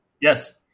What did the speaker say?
Yes